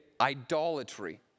idolatry